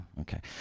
okay